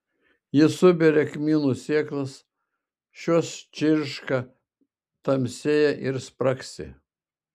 ji suberia kmynų sėklas šios čirška tamsėja ir spragsi